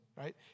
right